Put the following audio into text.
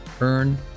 Earn